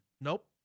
Nope